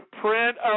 print